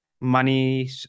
money